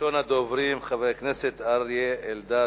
ראשון הדוברים, חבר הכנסת אריה אלדד.